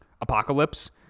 Apocalypse